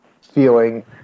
feeling